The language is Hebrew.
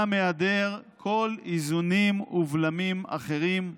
גם היעדר כל איזונים ובלמים אחרים,